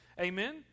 Amen